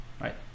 right